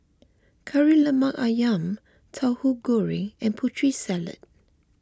Kari Lemak Ayam Tauhu Goreng and Putri Salad